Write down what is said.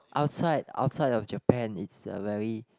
outside outside of Japan it's a very